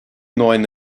neuen